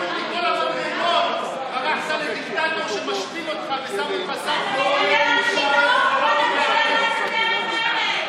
לדיקטטור שמשפיל אותך ושם אותך שר בלי תיק.